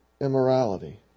immorality